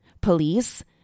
Police